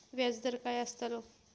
व्याज दर काय आस्तलो?